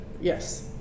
Yes